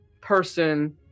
person